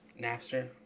Napster